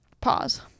Pause